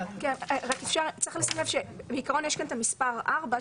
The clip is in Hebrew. צריך לשים לב שיש כאן את המספר 4,